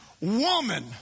woman